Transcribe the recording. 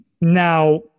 Now